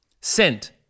Sent